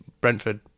Brentford